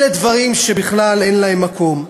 אלה דברים שבכלל אין להם מקום.